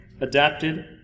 adapted